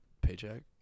paycheck